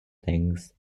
things